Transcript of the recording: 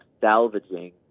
salvaging